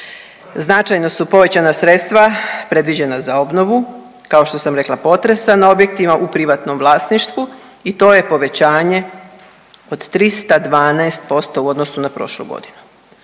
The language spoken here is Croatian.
Značajno su povećana sredstva predviđena za obnovu kao što sam rekla potresa na objektima u privatnom vlasništvu i to je povećanje od 312% u odnosu na prošlu godinu.